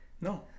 No